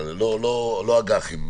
לא אג"חים,